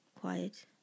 quiet